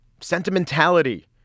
sentimentality